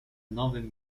nowym